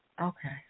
okay